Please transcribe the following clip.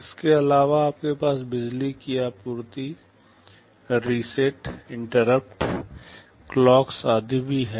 इसके अलावा आपके पास बिजली की आपूर्ति रीसेट इंटरप्ट क्लॉक्स आदि भी हैं